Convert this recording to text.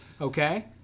Okay